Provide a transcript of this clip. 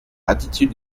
attitude